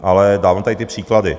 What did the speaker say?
Ale dávám tady ty příklady.